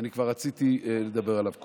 וכבר רציתי לדבר עליו קודם.